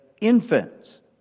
infants